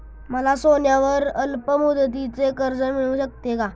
मला सोन्यावर अल्पमुदतीचे कर्ज मिळू शकेल का?